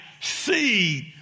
seed